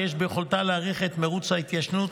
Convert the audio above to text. שיש ביכולתה להאריך את מרוץ ההתיישנות